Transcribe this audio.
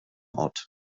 ort